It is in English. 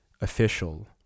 official